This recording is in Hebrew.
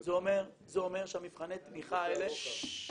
זה אומר שמבחני התמיכה האלה --- גופי הרוחב?